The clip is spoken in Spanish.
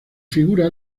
figura